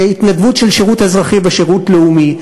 התנדבות של שירות אזרחי ושירות לאומי,